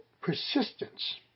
persistence